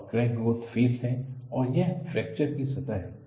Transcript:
यह crack growth phase है और यह फ्रैक्चर की सतह है